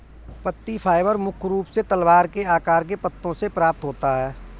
पत्ती फाइबर मुख्य रूप से तलवार के आकार के पत्तों से प्राप्त होता है